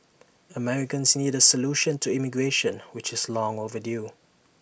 Americans need A solution to immigration which is long overdue